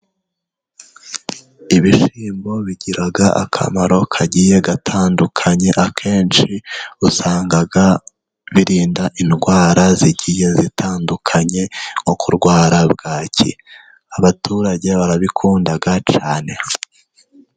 Ibishyimbo bigira akamaro kagiye gatandukanye, akenshi usanga birinda indwara, zigiye zitandukanye nko kurwara bwaki, abaturage barabikunda cyane.